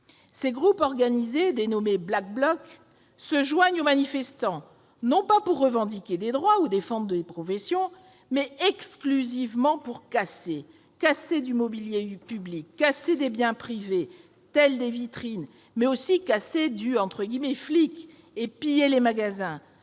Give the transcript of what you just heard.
Ces groupes organisés, dénommés Black Blocs, se joignent aux manifestants, non pas pour revendiquer des droits ou défendre leur profession, mais exclusivement pour casser : casser du mobilier public, casser des biens privés, tels que des vitrines, mais aussi « casser du flic » et piller les magasins,